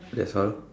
that's all